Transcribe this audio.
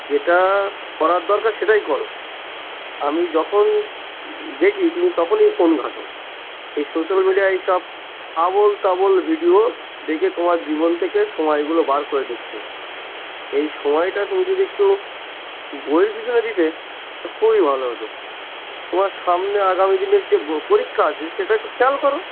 যেটা করার দরকার সেটাই করো আমি যখন দেখি তুমি তখনই ফোন ঘাটো এই সোশাল মিডিয়া এইসব আবোল তাবোল ভিডিও দেখে তোমার জীবন থেকে সময়গুলো বার করে দিচ্ছো এই সময়টা তুমি যদি একটু বই পিছনে দিতে তা খুবই ভালো হতো তোমার সামনে আগামী দিনের যে পরীক্ষা আছে সেটা একটু খেয়াল করো